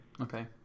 Okay